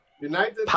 United